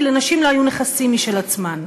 כי לנשים לא היו נכסים משל עצמן.